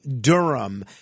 Durham –